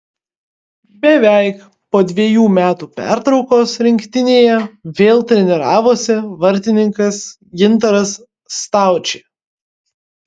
beveik po dvejų metų pertraukos rinktinėje vėl treniravosi vartininkas gintaras staučė